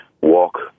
walk